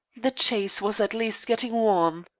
the chase was at least getting warm.